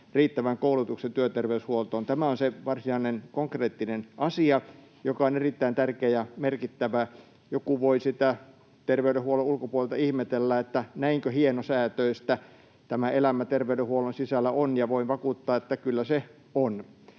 riittävän koulutuksen työterveyshuoltoon. Tämä on se varsinainen, konkreettinen asia, joka on erittäin tärkeä ja merkittävä. Joku voi sitä terveydenhuollon ulkopuolelta ihmetellä, että näinkö hienosäätöistä tämä elämä terveydenhuollon sisällä on, ja voin vakuuttaa, että kyllä se on.